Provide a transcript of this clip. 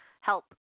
Help